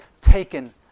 taken